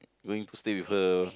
going to stay with her